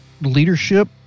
leadership